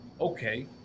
Okay